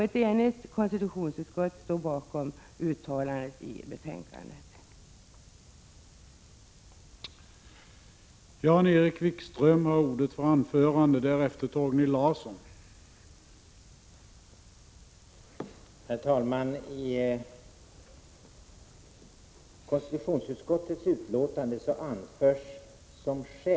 Bakom det förevarande betänkandet står också ett enigt konstitutionsutskott.